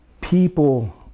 people